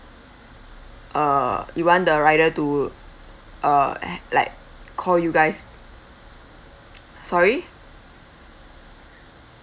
uh you want the rider to uh eh like call you guys sorry